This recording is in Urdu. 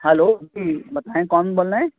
ہیلو ہوں بتائیں کون بول رہے ہیں